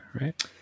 Right